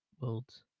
worlds